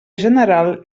general